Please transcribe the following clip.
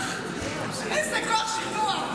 אחח, איזה כוח שכנוע.